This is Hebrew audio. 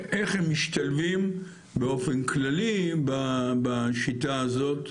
איך הם משתלבים באופן כללי בשיטה הזאת,